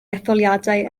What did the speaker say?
etholiadau